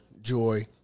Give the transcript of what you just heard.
joy